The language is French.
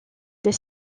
des